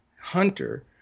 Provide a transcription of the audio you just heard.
Hunter